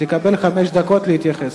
ותקבל חמש דקות להתייחס.